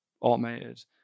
automated